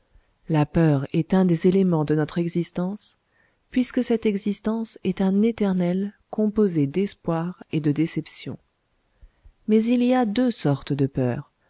la peur est un des éléments de notre existence puisque cette existence est un éternel composé d'espoir et de déception mais il y a deux sortes de peur